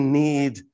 need